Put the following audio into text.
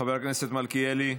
חבר הכנסת מלכיאלי,